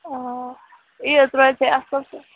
آ یہِ ترٛٲوِ تُہۍ اَصٕل پٲٹھۍ